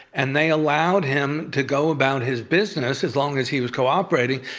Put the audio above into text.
and they allowed him to go about his business as long as he was cooperating,